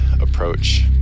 approach